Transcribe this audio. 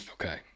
Okay